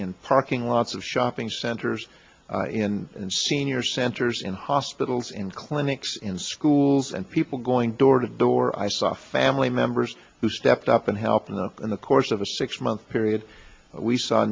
in parking lots of shopping centers and senior centers in hospitals in clinics in schools and people going door to door i saw family members who stepped up and helped in the course of a six month period we saw